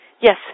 Yes